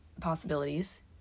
possibilities